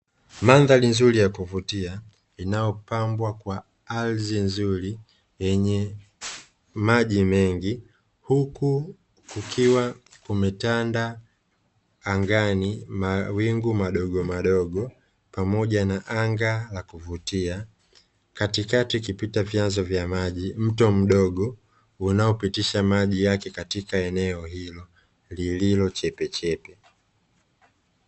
Mandhari nzuri ya kuvutia inayopambwa kwa ardhi nzuri yenye maji mengi, huku kukiwa umetanda angani mawingu madogomadogo pamoja na anga la kuvutia katikati ikipita vyanzo vya maji na mto mdogo unaopitisha maji yake katika eneo hilo lililo chepechepe.